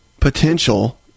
potential